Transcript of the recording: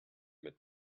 mit